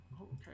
Okay